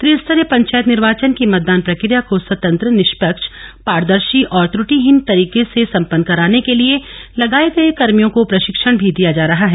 त्रिस्तरीय पंचायत निर्वाचन की मतदान प्रक्रिया को स्वतंत्र निष्पक्ष पारदर्शी और त्रुटिहीन तरीके से सम्पन्न कराने के लिए लगाए गए कर्भियों को प्रशिक्षण भी दिया जा रहा है